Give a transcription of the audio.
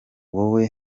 wowe